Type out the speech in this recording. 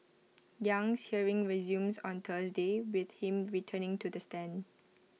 Yang's hearing resumes on Thursday with him returning to the stand